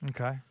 Okay